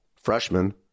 freshman